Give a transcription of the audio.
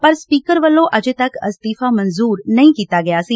ਪਰ ਸਪੀਕਰ ਵੱਲੋਂ ਅਜੇ ਤੱਕ ਅਸਤੀਫ਼ਾ ਮਨਜੁਰ ਨਹੀਂ ਕੀਤਾ ਗਿਆ ਸੀ